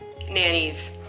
nannies